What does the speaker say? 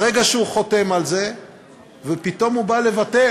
ברגע שהוא חותם על זה ופתאום הוא בא לבטל,